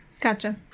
Gotcha